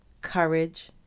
courage